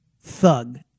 thug